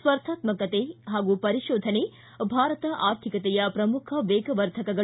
ಸ್ಪರ್ಧಾತ್ಮಕತೆ ಹಾಗೂ ಪರಿಶೋಧನೆ ಭಾರತ ಆರ್ಥಿಕತೆಯ ಪ್ರಮುಖ ವೇಗವರ್ಧಕಗಳು